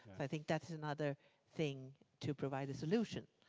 i think that is another thing to provide the solution,